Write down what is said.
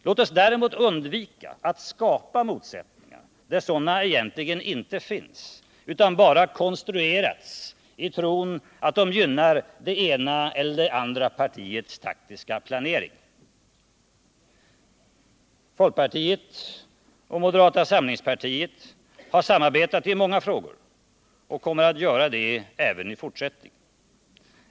Låt oss däremot undvika att skapa motsättningar där sådana egentligen inte finns utan bara konstruerats i tron att de gynnar det ena eller andra partiets taktiska planering. Folkpartiet och moderata samlingspartiet har samarbetat i många frågor och kommer att göra det även i fortsättningen.